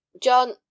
john